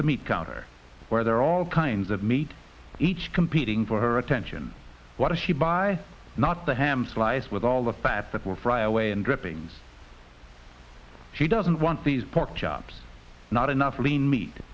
the meat counter where there are all kinds of meat each competing for her attention what did she buy not the ham slice with all the fat that will fry away and drippings she doesn't want these pork chops not enough lean meat